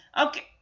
Okay